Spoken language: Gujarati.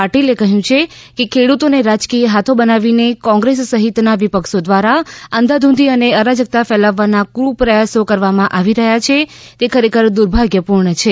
પાટીલે કહ્યું છે કે ખેડૂતોને રાજકીય હાથો બનાવીને કોંગ્રેસ સહિતના વિપક્ષો દ્વારા અંધાધુંધી અને અરાજકતા ફેલાવવાના કુપ્રયાસો કરવામાં આવી રહ્યાં છે તે દુર્ભાગ્યપૂર્ણ છે